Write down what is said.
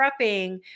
prepping